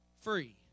free